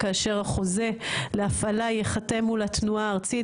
כאשר החוזה להפעלה ייחתם מול התנועה הארצית,